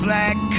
Black